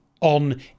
on